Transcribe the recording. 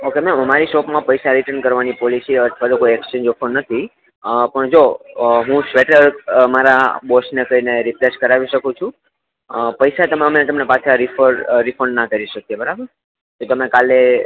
okay ma'am અમારી શોપમાં પૈસા રિટર્ન કરવાની પોલિસી અથવા તો કોઈ એક્સ્ચેંજ ઓફર નથી પણ જો હું સ્વેટર અમારા બોસને કહીને રિપ્લેસ કરાવી શકું છું પૈસા તમે અમે તમને પાછા રિફંડ રિફંડ ના કરી શકીએ બરાબર એ તમે કાલે